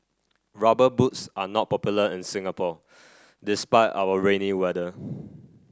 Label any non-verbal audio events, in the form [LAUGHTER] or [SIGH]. rubber boots are not popular in Singapore despite our rainy weather [NOISE]